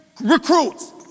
recruits